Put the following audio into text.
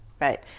Right